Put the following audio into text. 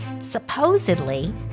Supposedly